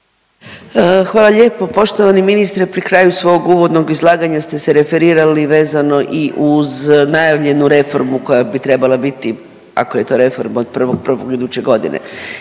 Hvala lijepo. Poštovani ministre, pri kraju svog uvodnog izlaganja ste se referirali vezano i uz najavljenu reformu koja bi trebala biti, ako je to reforma od 1.1. iduće godine.